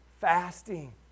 fasting